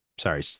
Sorry